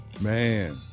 Man